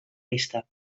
vista